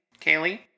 Kaylee